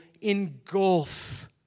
engulf